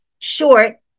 short